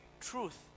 truth